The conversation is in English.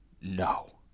No